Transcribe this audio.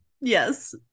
yes